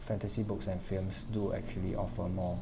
fantasy books and films do actually offer more